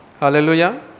Hallelujah